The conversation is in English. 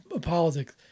politics